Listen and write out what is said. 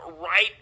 right